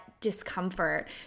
discomfort